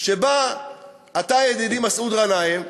שבה אתה, ידידי מסעוד גנאים,